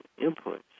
inputs